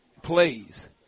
plays